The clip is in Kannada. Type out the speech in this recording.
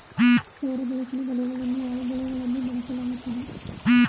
ಸೌರ ಬೆಳಕಿನ ಬಲೆಗಳನ್ನು ಯಾವ ಬೆಳೆಗಳಲ್ಲಿ ಬಳಸಲಾಗುತ್ತದೆ?